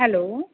hello